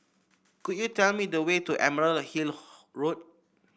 could you tell me the way to Emerald Hill Road